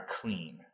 clean